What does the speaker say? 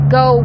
go